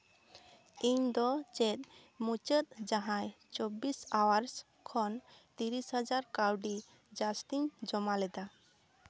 ᱤᱧᱫᱚ ᱪᱮᱫ ᱢᱩᱪᱟᱹᱫ ᱡᱟᱦᱟᱸᱭ ᱪᱚᱵᱵᱤᱥ ᱟᱣᱟᱨᱥ ᱠᱷᱚᱱ ᱛᱤᱨᱤᱥ ᱦᱟᱡᱟᱨ ᱠᱟᱹᱣᱰᱤ ᱡᱟᱹᱥᱛᱤᱧ ᱡᱚᱢᱟ ᱞᱮᱫᱟ